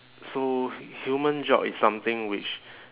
so human geog is something which